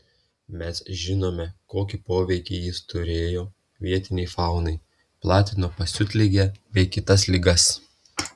mes žinome kokį poveikį jis turėjo vietinei faunai platino pasiutligę bei kitas ligas